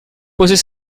posez